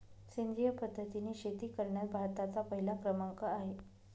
सेंद्रिय पद्धतीने शेती करण्यात भारताचा पहिला क्रमांक आहे